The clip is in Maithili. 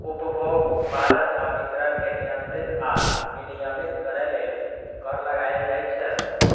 उपभोग, उत्पादन आ वितरण कें नियंत्रित आ विनियमित करै लेल कर लगाएल जाइ छै